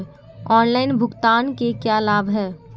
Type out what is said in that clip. Online भुगतान के क्या लाभ हैं?